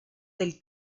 del